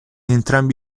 entrambi